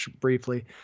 briefly